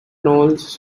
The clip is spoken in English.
novels